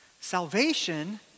salvation